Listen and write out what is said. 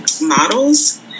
models